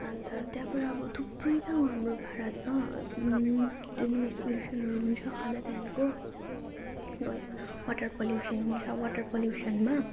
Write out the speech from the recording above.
अन्त त्यहाँबाट अब थुप्रै त हाम्रो भारतमा त्यो नोइस पल्युसनहरू हुन्छ अन्त त्यहाँदेखिको नोइज वाटर पल्युसन हुन्छ वाटर पल्युसनमा